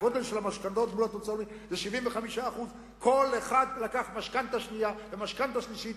הגודל של המשכנתאות בתוצר הלאומי הוא 75%. כל אחד לקח משכנתה שנייה ומשכנתה שלישית,